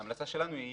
המלצה שלנו היא